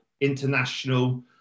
international